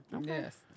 Yes